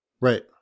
Right